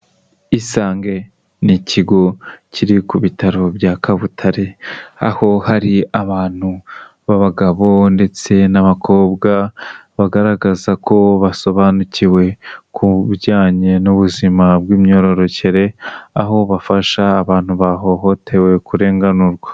Isange n'ikigo kiri ku bitaro bya Kabutare, aho hari abantu b'abagabo ndetse n'abakobwa, bagaragaza ko basobanukiwe ku bijyanye n'ubuzima bw'imyororokere, aho bafasha abantu bahohotewe kurenganurwa.